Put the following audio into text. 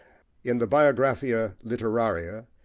in the biographia literaria,